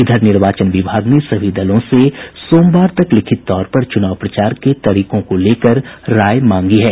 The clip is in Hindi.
इधर निर्वाचन विभाग ने सभी दलों से सोमवार तक लिखित तौर पर चुनाव प्रचार के तरीकों को लेकर राय मांगी है